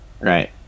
right